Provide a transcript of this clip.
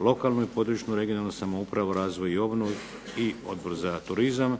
lokalnu i područnu (regionalnu) samoupravu, razvoj i obnovu i Odbor za turizam.